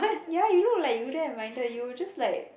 ya you look like you wouldn't have minded you will just like